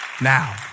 Now